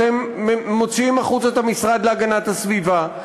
אתם מוציאים החוצה את המשרד להגנת הסביבה,